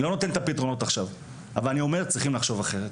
אני לא נותן עכשיו את הפתרונות אבל אני אומר שצריך לחשוב אחרת